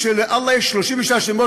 של סגן יושב-ראש הכנסת.